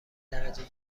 درجه